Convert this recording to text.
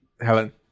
Helen